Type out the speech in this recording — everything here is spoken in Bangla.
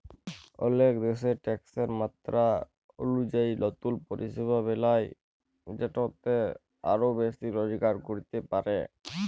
অলেক দ্যাশ ট্যাকসের মাত্রা অলুজায়ি লতুল পরিষেবা বেলায় যেটতে আরও বেশি রজগার ক্যরতে পারে